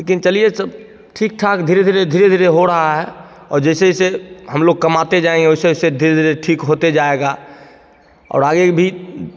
लेकिन चलिए सब ठीक ठाक धीरे धीरे धीरे धीरे हो रहा है और जैसे जैसे हम लोग कमाते जाएँगे वैसे वैसे धीरे धीरे ठीक होते जाएगा और आगे भी